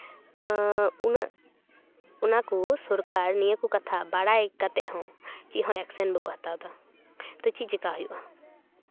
ᱩᱱᱟᱹᱜ ᱚᱱᱟ ᱠᱚ ᱥᱚᱨᱠᱟᱨ ᱱᱤᱭᱟᱹ ᱠᱚ ᱠᱟᱛᱷᱟ ᱵᱟᱲᱟᱭ ᱠᱟᱛᱮ ᱦᱚᱸ ᱪᱮᱫ ᱦᱚᱸ ᱮᱠᱥᱮᱱ ᱵᱟᱠᱚ ᱦᱟᱛᱟᱣᱫᱟ ᱛᱚ ᱪᱮᱫ ᱪᱤᱠᱟ ᱦᱩᱭᱩᱜᱼᱟ